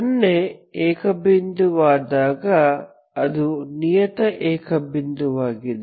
0 ಏಕ ಬಿಂದುವಾದಾಗ ಅದು ನಿಯತ ಏಕ ಬಿಂದುವಾಗಿದೆ